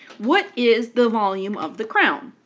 what is the volume of the crown?